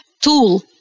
Tool